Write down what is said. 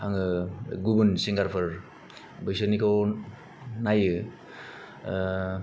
आङो गुबुन सिंगारफोर बैसोरनिखौ नायो ओ